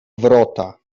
wrota